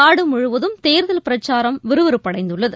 நாடுமுழுவதும் தேர்தல் பிரச்சாரம் விறுவிறுப்படைந்துள்ளது